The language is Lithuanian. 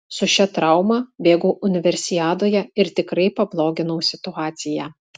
su šia trauma bėgau universiadoje ir tikrai pabloginau situaciją